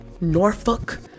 Norfolk